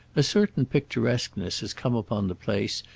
a certain picturesqueness has come upon the place,